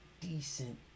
decent